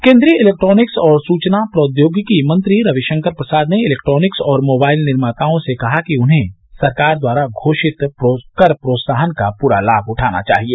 केन्द्रीय इलेक्ट्रॉनिक्स और सूचना प्रौद्योगिकी मंत्री रविशंकर प्रसाद ने इलेक्ट्रॉनिक्स और मोबाइल निर्माताओं से कहा कि उन्हें सरकार द्वारा घोषित कर प्रोत्साहन का पूरा लाभ उठाना चाहिए